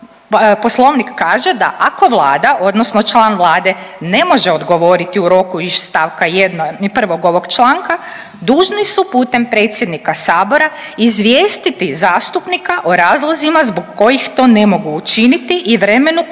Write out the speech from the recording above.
Poslovnik kaže da ako Vlada odnosno član Vlade ne može odgovoriti u roku iz st. 1. ovog članka, dužni su putem predsjednika Sabora izvijestiti zastupnika o razlozima zbog kojih to ne mogu učiniti i vremenu